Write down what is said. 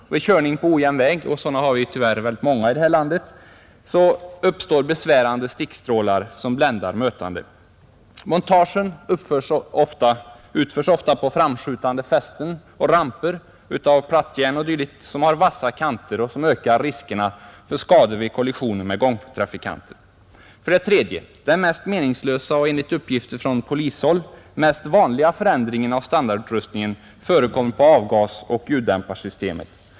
Vid körning på ojämna vägar — sådana har vi tyvärr många — uppstår besvärande stickstrålar som bländar mötande. Montagen utförs ofta på framskjutande fästen och ramper av plattjärn o.d. med vassa kanter som ökar riskerna för skador vid kollisioner med gångtrafikanter. 3. Den mest meningslösa och enligt uppgift från polishåll mest vanliga förändringen av standardutrustningen förekommer på avgasoch ljuddämparsystemet.